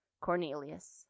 Cornelius